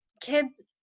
Kids